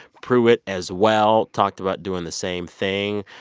pruitt, as well, talked about doing the same thing.